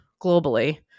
globally